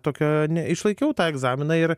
tokio ne išlaikiau tą egzaminą ir